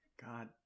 God